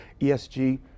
ESG